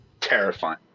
terrifying